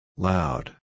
Loud